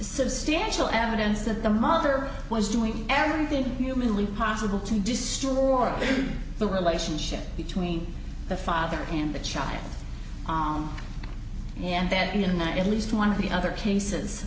substantial evidence that the mother was doing everything humanly possible to destroy the relationship between the father and the child and that you not at least one of the other cases